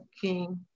King